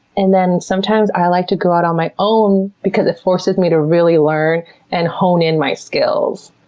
and then sometimes i like to go out on my own because it forces me to really learn and hone in my skills.